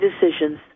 decisions